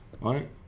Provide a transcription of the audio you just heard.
right